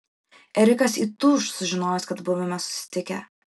erikas įtūš sužinojęs kad buvome susitikę